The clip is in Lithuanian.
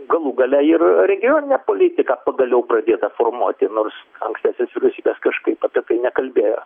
galų gale ir regioninė politika pagaliau pradėta formuoti nors ankstesnės vyriausybės kažkaip apie tai nekalbėjo